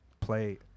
play